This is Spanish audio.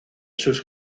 sus